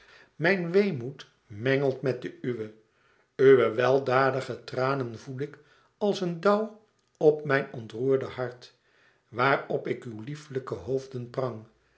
mijn weemoed mengelt met de uwe uwe weldadige tranen voel ik als een dauw op mijn ontroerde hart waar op ik uw lieflijke hoofden prang